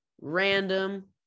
random